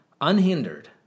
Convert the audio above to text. unhindered